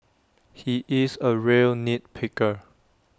he is A real nit picker